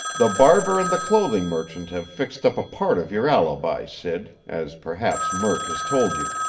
the barber and the clothing merchant have fixed up a part of your alibi, sid, as perhaps murk has told you.